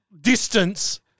distance